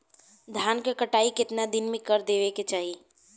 धान क कटाई केतना दिन में कर देवें कि चाही?